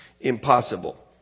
impossible